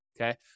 okay